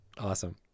Awesome